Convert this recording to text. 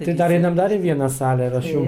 tai dar einam dar į vieną salę iš aš jum